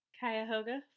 Cuyahoga